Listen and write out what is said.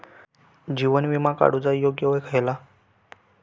जीवन विमा काडूचा योग्य वय खयला?